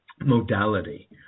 modality